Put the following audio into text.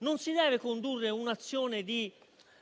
non si deve condurre un'azione di